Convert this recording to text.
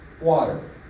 water